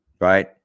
right